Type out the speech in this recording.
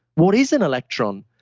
what is an electron?